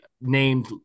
named